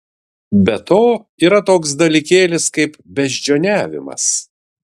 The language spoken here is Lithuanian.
be to yra toks dalykėlis kaip beždžioniavimas